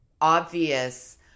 obvious